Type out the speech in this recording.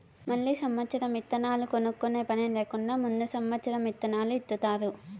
మళ్ళీ సమత్సరం ఇత్తనాలు కొనుక్కునే పని లేకుండా ముందు సమత్సరం ఇత్తనాలు ఇత్తుతారు